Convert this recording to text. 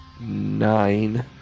nine